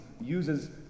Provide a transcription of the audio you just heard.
uses